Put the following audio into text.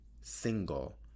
single